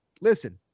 listen